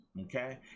Okay